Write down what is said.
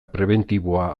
prebentiboa